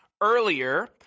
earlier